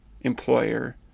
employer